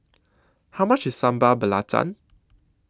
How much IS Sambal Belacan